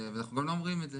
ואנחנו גם לא אומרים את זה,